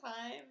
time